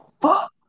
fuck